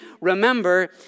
remember